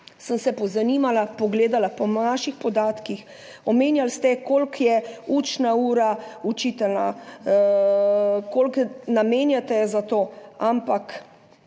sem se pozanimala, pogledala po vaših podatkih. Omenjali ste, koliko je učna ura učitelja, koliko namenjate za to. Ampak